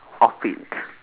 outfit